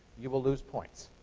you will lose points.